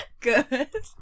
Good